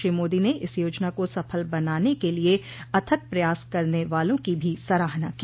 श्री मोदी ने इस योजना को सफल बनाने के लिए अथक प्रयास करने वालों की भी सराहना की